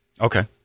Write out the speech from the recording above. Okay